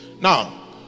Now